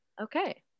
Okay